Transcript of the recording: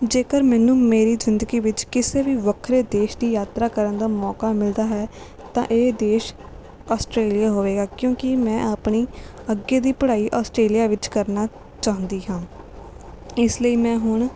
ਜੇਕਰ ਮੈਨੂੰ ਮੇਰੀ ਜ਼ਿੰਦਗੀ ਵਿੱਚ ਕਿਸੇ ਵੀ ਵੱਖਰੇ ਦੇਸ਼ ਦੀ ਯਾਤਰਾ ਕਰਨ ਦਾ ਮੌਕਾ ਮਿਲਦਾ ਹੈ ਤਾਂ ਇਹ ਦੇਸ਼ ਆਸਟ੍ਰੇਲੀਆ ਹੋਵੇਗਾ ਕਿਉਂਕਿ ਮੈਂ ਆਪਣੀ ਅੱਗੇ ਦੀ ਪੜ੍ਹਾਈ ਆਸਟ੍ਰੇਲੀਆ ਵਿੱਚ ਕਰਨਾ ਚਾਹੁੰਦੀ ਹਾਂ ਇਸ ਲਈ ਮੈਂ ਹੁਣ